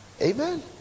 Amen